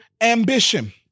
ambition